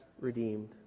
redeemed